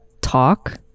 talk